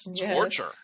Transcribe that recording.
torture